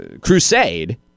crusade